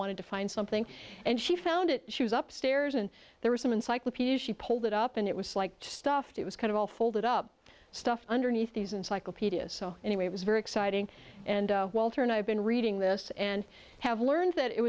wanted to find something and she found it she was up stairs and there were some encyclopedias she pulled it up and it was like stuff that was kind of all folded up stuff underneath these encyclopedias so anyway it was very exciting and walter and i have been reading this and have learned that it